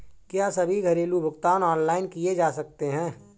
क्या सभी घरेलू भुगतान ऑनलाइन किए जा सकते हैं?